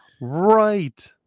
Right